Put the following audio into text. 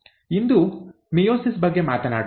ಇಂದು mitosis ಬಗ್ಗೆ ಮಾತನಾಡೋಣ